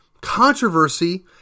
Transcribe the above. controversy